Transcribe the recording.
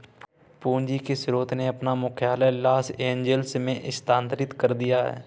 पूंजी के स्रोत ने अपना मुख्यालय लॉस एंजिल्स में स्थानांतरित कर दिया